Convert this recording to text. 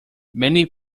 many